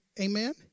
amen